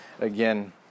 again